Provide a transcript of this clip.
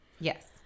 Yes